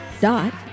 dot